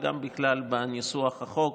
וגם בכלל בניסוח החוק.